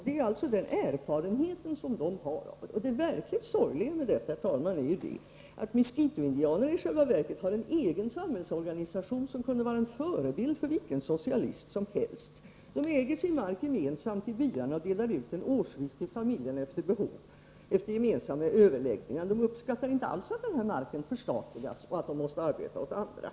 Det är alltså den erfarenhet de har. Det verkligt sorgliga med detta, herr talman, är att miskitoindianerna i själva verket har en egen samhällsorganisation som kunde vara en förebild för vilken socialist som helst. De äger sin mark gemensamt i byarna och delar ut den årsvis till familjerna efter gemensamma överläggningar och med hänsyn till familjernas behov. De uppskattar inte alls att marken förstatligas och att de måste arbeta åt andra.